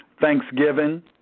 thanksgiving